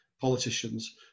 politicians